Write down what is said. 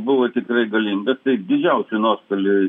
buvo tikrai galingas didžiausi nuostoliai